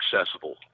accessible